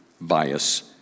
bias